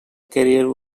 career